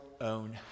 own